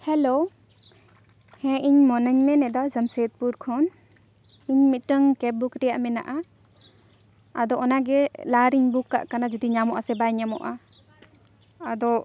hello ᱦᱮᱸ ᱤᱧ ᱢᱚᱱᱟᱧ ᱢᱮᱱᱮᱫᱟ ᱡᱟᱢᱥᱮᱫᱽᱯᱩᱨ ᱠᱷᱚᱱ ᱤᱧ ᱢᱤᱫᱴᱟᱝ ᱠᱮᱵᱽ ᱵᱩᱠ ᱨᱮᱭᱟᱜ ᱢᱮᱱᱟᱜᱼᱟ ᱟᱫᱚ ᱚᱱᱟᱜᱮ ᱞᱟᱦᱟᱨᱮᱧ ᱵᱩᱠ ᱠᱟᱜ ᱠᱟᱱᱟ ᱡᱩᱫᱤ ᱧᱟᱢᱚᱜᱼᱟ ᱥᱮ ᱵᱟᱭ ᱧᱟᱢᱚᱜᱼᱟ ᱟᱫᱚ